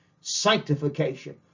sanctification